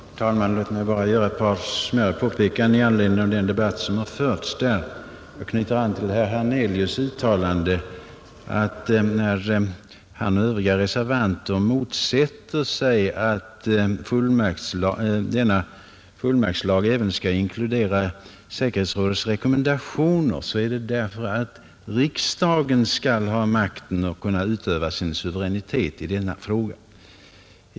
Herr talman! Låt mig bara göra ett par smärre påpekanden med anledning av den debatt som förts nu på slutet. Jag knyter an till herr Hernelius” uttalande att när han och övriga reservanter motsätter sig att denna fullmaktslag även skall inkludera säkerhetsrådets rekommendationer så är det därför att riksdagen skall ha makten och kunna utöva sin suveränitet i denna fråga.